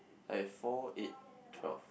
I have four eight twelve